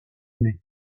mai